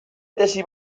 tesi